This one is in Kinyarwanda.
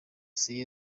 sibyo